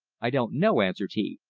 i don't know, answered he,